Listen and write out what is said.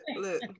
look